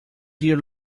dear